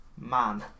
Man